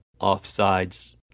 offsides